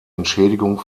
entschädigung